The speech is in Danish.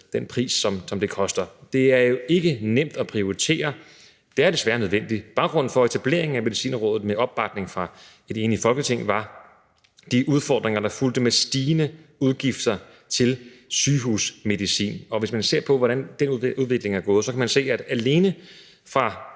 den pris, som det har. Det er jo ikke nemt at prioritere. Det er desværre nødvendigt. Baggrunden for etableringen af Medicinrådet med opbakning fra et enigt Folketing var de udfordringer, der fulgte med stigende udgifter til sygehusmedicin. Hvis man ser på, hvordan den udvikling er gået, kan man se, at alene fra